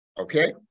Okay